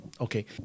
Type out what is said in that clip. okay